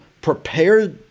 prepare